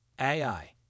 AI